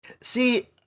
See